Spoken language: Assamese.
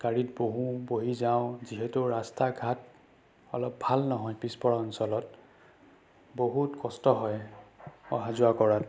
গাড়ীত বহোঁ বহি যাওঁ যিহেতু ৰাস্তা ঘাট অলপ ভাল নহয় পিছপৰা অঞ্চলত বহুত কষ্ট হয় অহা যোৱা কৰাত